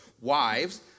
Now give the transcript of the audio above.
wives